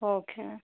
okay ആ